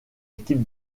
équipe